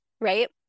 right